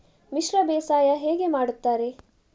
ಮಿಶ್ರ ಬೇಸಾಯ ಹೇಗೆ ಮಾಡುತ್ತಾರೆ?